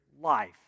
life